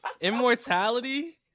immortality